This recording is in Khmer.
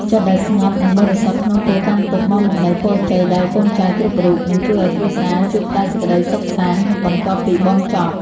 ចិត្តដែលស្ងប់និងបរិសុទ្ធក្នុងពេលកាន់ទុក្ខនាំមកនូវពរជ័យដល់កូនចៅគ្រប់រូប និងជួយឱ្យគ្រួសារជួបតែសេចក្តីសុខសាន្តបន្ទាប់ពីបុណ្យចប់។